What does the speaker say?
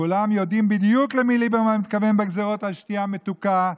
כולם יודעים בדיוק למי ליברמן מתכוון בגזרות על שתייה מתוקה,